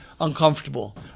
uncomfortable